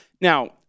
Now